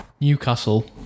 Newcastle